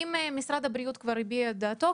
האם משרד הבריאות כבר הביע את דעתו?